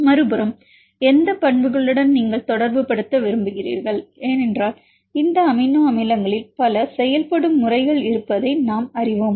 மறுபுறம் எந்த பண்புகளுடன் நீங்கள் தொடர்புபடுத்த விரும்புகிறீர்கள் ஏனென்றால் இந்த அமினோ அமிலங்களில் பல செயல்படும் முறைகள் இருப்பதை நாங்கள் அறிவோம்